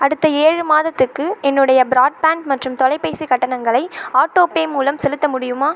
அடுத்த ஏழு மாதத்துக்கு என்னுடைய பிராட்பேண்ட் மற்றும் தொலைபேசி கட்டணங்களை ஆட்டோ பே மூலம் செலுத்த முடியுமா